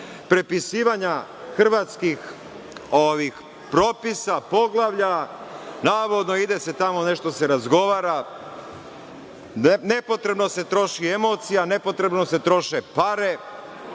prepisivanja Hrvatskih propisa, poglavlja, navodno ide se tamo, nešto se razgovara, nepotrebno se troše emocija, nepotrebno se troše pare,